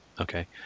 Okay